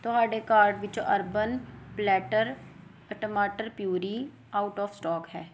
ਤੁਹਾਡੇ ਕਾਰਟ ਵਿੱਚੋਂ Urban Platter ਟਮਾਟਰ ਪਿਊਰੀ ਆਊਟ ਓਫ ਸਟਾਕ ਹੈ